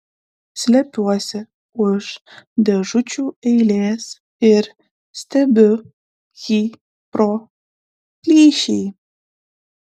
slepiuosi už dėžučių eilės ir stebiu jį pro plyšį